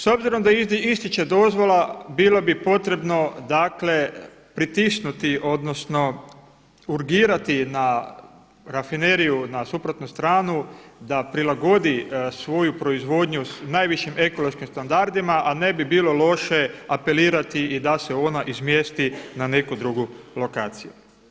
S obzirom da ističe dozvola, bilo bi potrebno dakle pritisnuti, odnosno urgirati na Rafineriju na suprotnu stranu da prilagodi svoju proizvodnju najvišim ekološkim standardima a ne bi bilo loše apelirati i da se ona izmjesti na neku drugu lokaciju.